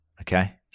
Okay